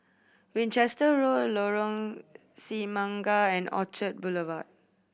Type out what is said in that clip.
Winchester Road Lorong Semangka and Orchard Boulevard